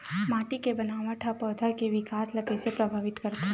माटी के बनावट हा पौधा के विकास ला कइसे प्रभावित करथे?